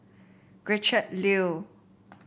Gretchen Liu